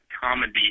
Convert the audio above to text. comedy